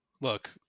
Look